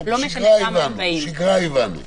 שגרה הבנו.